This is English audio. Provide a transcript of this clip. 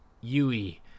Yui